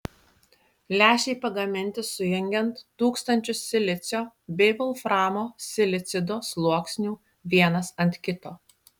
lęšiai pagaminti sujungiant tūkstančius silicio bei volframo silicido sluoksnių vienas ant kito